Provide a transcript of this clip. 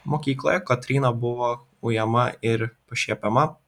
mokykloje kotryna buvo ujama ir pašiepiama